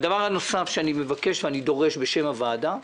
דבר נוסף שאני מבקש ודורש בשם הוועדה,